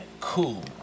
cool